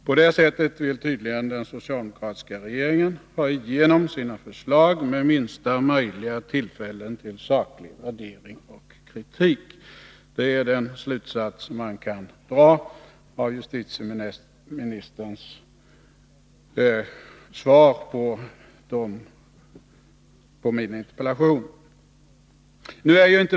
På det sättet vill den socialdemokratiska regeringen tydligen få igenom sina förslag, med så få tillfällen som möjligt till saklig värdering och kritik. Det är den slutsats som man kan dra av justitieministerns svar på min interpellation.